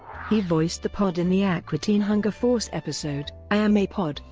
he voiced the pod in the aqua teen hunger force episode iamapod,